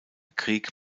krieg